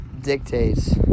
dictates